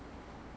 你可以